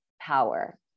power